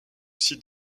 sites